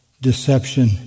deception